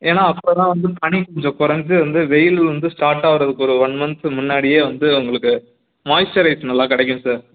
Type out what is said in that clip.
ஏன்னால் அப்போ தான் வந்து பனி கொஞ்சம் குறஞ்சு வந்து வெயில் வந்து ஸ்டார்ட் ஆகிறதுக்கு ஒரு ஒன் மன்த் முன்னாடியே வந்து உங்களுக்கு மாய்ஸ்ச்சரேட் நல்லா கிடைக்கும் சார்